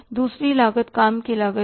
दूसरी लागत काम की लागत है